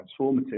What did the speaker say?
transformative